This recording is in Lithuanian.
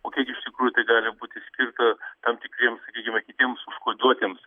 o kiek iš tikrųjų tai gali būti skirta tam tikriems sakykime kitiems užkoduotiems